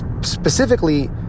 specifically